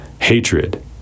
hatred